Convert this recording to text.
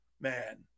man